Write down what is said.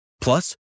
Plus